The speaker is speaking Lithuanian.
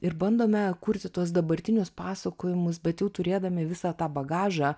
ir bandome kurti tuos dabartinius pasakojimus bet jau turėdami visą tą bagažą